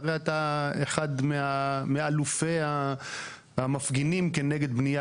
אתה הרי אחד מאלופי המפגינים כנגד בנייה